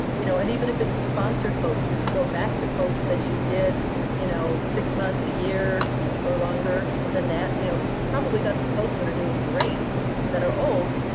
um you know and even if it's a sponsored post, you can go back to posts that you did you know six months, a year or longer than that. you know you've probably got some posts that are doing great that are old.